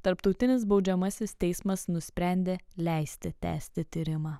tarptautinis baudžiamasis teismas nusprendė leisti tęsti tyrimą